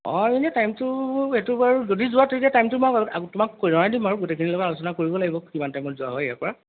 অঁ এনেই টাইমটো এইটো বাৰু যদি যোৱা তেতিয়া টাইমটো মই আগ তোমাক কৈ জনাই দিম বাৰু গোটেইখিনিৰ লগত আলোচনা কৰিব লাগিব কিমান টাইমত যোৱা হয় ইয়াৰ পৰা